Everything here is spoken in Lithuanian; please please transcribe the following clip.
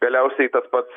galiausiai tas pats